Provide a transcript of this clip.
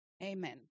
Amen